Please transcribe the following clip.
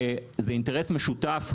זה אינטרס משותף,